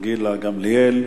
גילה גמליאל,